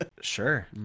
Sure